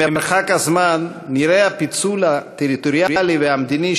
ממרחק הזמן נראה הפיצול הטריטוריאלי והמדיני